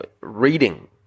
reading